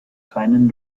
keinen